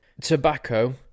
Tobacco